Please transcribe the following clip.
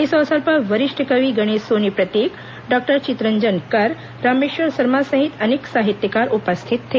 इस अवसर पर वरिष्ठ कवि गणेश सोनी प्रतीक डॉक्टर चितरंजन कर रामेश्वर शर्मा सहित अनेक साहित्यकार उपस्थित थे